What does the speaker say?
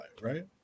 right